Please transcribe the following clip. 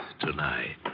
tonight